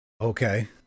Okay